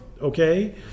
okay